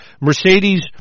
Mercedes